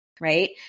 right